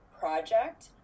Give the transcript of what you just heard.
project